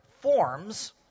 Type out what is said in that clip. forms